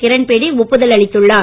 கிரண்பேடிஒப்புதல் அளித்துள்ளார்